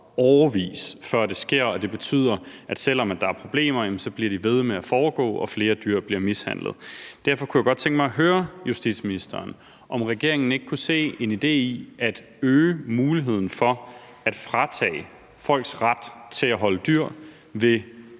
år, før det sker, og det betyder, at selv om der er problemer, bliver de ved med at foregå, og flere dyr bliver mishandlet. Derfor kunne jeg godt tænke mig at høre justitsministeren, om regeringen ikke kunne se en idé i at øge muligheden for at fratage folk retten til holde dyr,